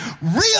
Real